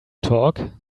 talk